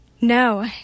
No